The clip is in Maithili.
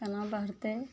केना बढ़तय